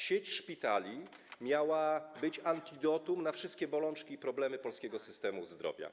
Sieć szpitali miała być antidotum na wszystkie bolączki i problemy polskiego systemu zdrowia.